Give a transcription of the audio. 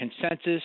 consensus